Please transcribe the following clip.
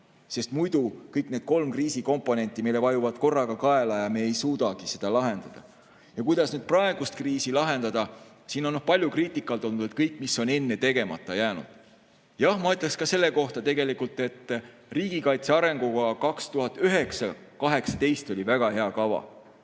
jaoks. Muidu kõik need kolm kriisi komponenti meile vajuvad korraga kaela ja me ei suuda seda lahendada. Kuidas praegust kriisi lahendada? Siin on palju kriitikat olnud kõige kohta, mis on enne tegemata jäänud. Jah, ma ütleks ka selle kohta tegelikult, et riigikaitse arengukava 2009–2018 oli väga hea kava,